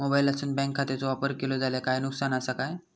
मोबाईलातसून बँक खात्याचो वापर केलो जाल्या काय नुकसान असा काय?